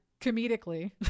comedically